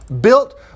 Built